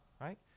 right